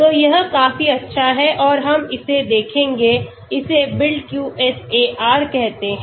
तो यह काफी अच्छा है और हम इसेदेखेंगे इसे BuildQSAR कहते हैं